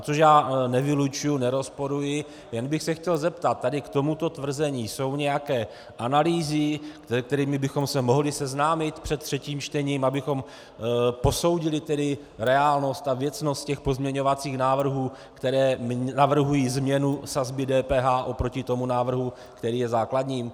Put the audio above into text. Což já nevylučuji, nerozporuji, jen bych se chtěl zeptat: Tady k tomuto tvrzení jsou nějaké analýzy, se kterými bychom se mohli seznámit před třetím čtením, abychom posoudili reálnost a věcnost těch pozměňovacích návrhů, které navrhují změnu sazby DPH oproti tomu návrhu, který je základním?